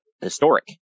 historic